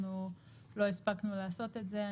לא הספקנו לעשות את זה,